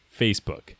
Facebook